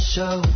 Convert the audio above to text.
Show